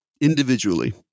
individually